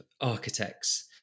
architects